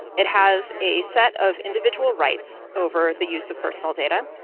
it has a set of individual rights over the use of personal data,